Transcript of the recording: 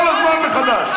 כל הזמן מחדש.